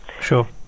Sure